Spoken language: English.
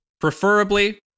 preferably